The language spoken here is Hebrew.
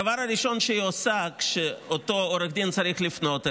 הדבר הראשון שהיא עושה כשאותו עורך דין צריך לפנות אליה,